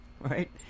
right